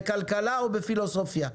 בכלכלה או בפילוסופיה.